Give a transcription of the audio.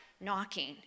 knocking